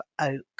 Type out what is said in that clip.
oak